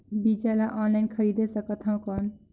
बीजा ला ऑनलाइन खरीदे सकथव कौन?